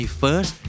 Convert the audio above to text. first